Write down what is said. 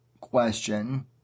question